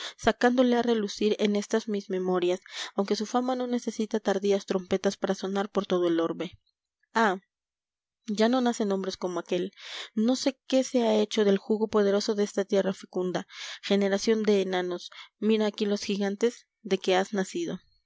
sacándole a relucir en estas mis memorias aunque su fama no necesita tardías trompetas para sonar por todo el orbe ay ya no nacen hombres como aquel no sé qué se ha hecho del jugo poderoso de esta tierra fecunda generación de enanos mira aquí los gigantes de que has nacido